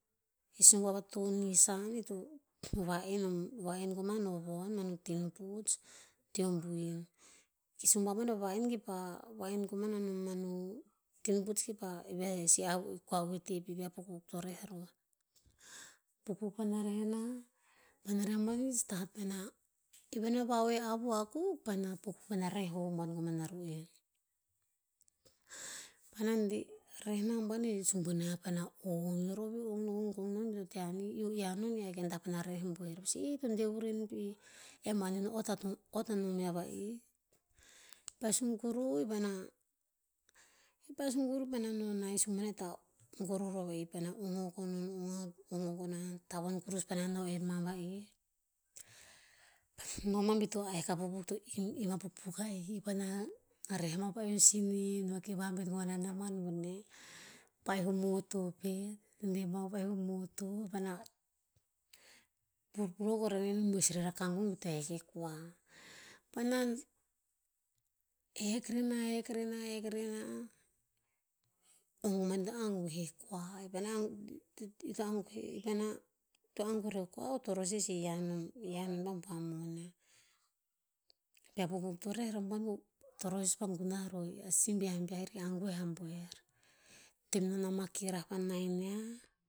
E sumbuav a to nissan ito va'en o va'en koman o von manu tinputz, teo buin. Ke sumbuav boneh pa va'en ki pa va'en koman a nom manu tinputz ki pah, ive he sih avu kua vuiti pi veh a pukpuk to reh roh. Pukpuk paena reh nah, paena reh sahata na, i vana va'oe avo akuk paena pukpuk paena reh hop buan koman a ru'en. Paena deh, reh na buan e sumbuniah pana ong rer i he ogong bi to teh a niu ahik gen ta tah maren a reh buer. Pa sue, "ee to deh vuren pih. E mang ot antoen ot a nom ya va'i. Pa su kuru vana- pa su kuru vana no nas me ta goror a oe pana u ho kono unahan ko unahan, tavan kurus pa nano er ma va'ih. noman bito aeh e kavovo to inu, inu a pukpuk ai'i panahan a reh ma pah en simi, no ke vavet ror nana man bunei. Pah o moto keh, deh ma vahur moto pukpuk o roen mos rer a kaur teve kua. Panan e kere na, e kere na, e kere na, o mandang o he kua. Bona bona tamboro kua, toro sisi ia nom- ia nom a pah non nem. Na pukpuk torea ra van vou torias panguna roh a simbiam veri am vea ambue a buer. Tem no na makera a maenea,